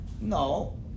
No